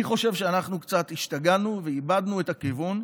אני חושב שאנחנו קצת השתגענו ואיבדנו את הכיוון.